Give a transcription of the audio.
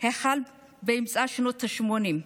החל באמצע שנות השמונים,